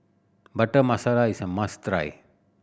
Butter Masala is a must try